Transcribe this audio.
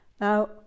Now